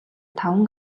таван